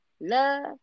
love